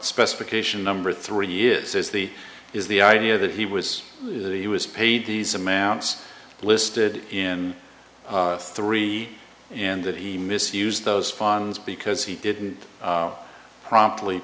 specification number three years is the is the idea that he was that he was paid these amounts listed in three and that he misused those funds because he didn't promptly